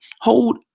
Hold